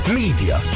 media